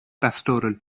pastoral